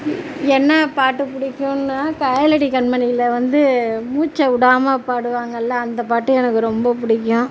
என்ன பாட்டு பிடிக்கும்னா கேளடி கண்மணியில் வந்து மூச்சு விடாமல் பாடுவாங்கள்ல அந்த பாட்டு எனக்கு ரொம்ப பிடிக்கும்